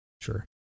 Sure